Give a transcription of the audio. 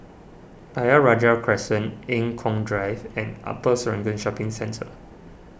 Ayer Rajah Crescent Eng Kong Drive and Upper Serangoon Shopping Centre